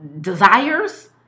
desires